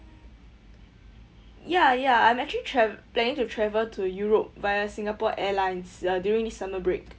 ya ya I'm actually tra~ planning to travel to europe via singapore airlines uh during this summer break